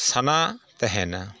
ᱥᱟᱱᱟ ᱛᱮᱦᱮᱱᱟ